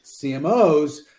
CMOs